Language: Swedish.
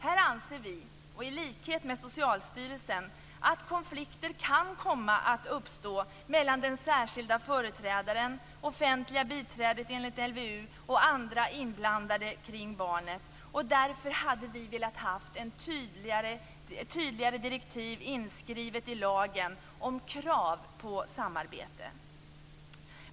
Här anser vi i likhet med Socialstyrelsen att konflikter kan komma att uppstå mellan den särskilda företrädaren, offentliga biträdet enligt LVU och andra inblandade kring barnet. Därför hade vi velat ha ett tydligare direktiv inskrivet i lagen, om krav på samarbete.